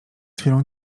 chwilą